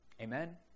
Amen